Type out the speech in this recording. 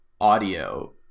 audio